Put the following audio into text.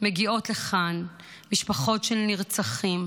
מגיעות לכאן, משפחות של נרצחים,